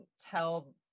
tell